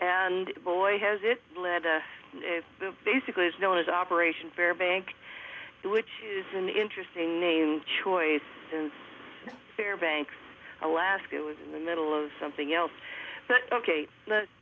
and boy has it led to the basically is known as operation fair bank which is an interesting name choice since fairbanks alaska was in the middle of something else ok let's